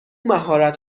مهارت